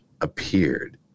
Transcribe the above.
appeared